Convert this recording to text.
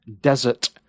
desert